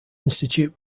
institute